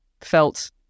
felt